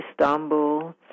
Istanbul